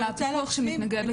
אלא הפיקוח שמתנגד לשילוב.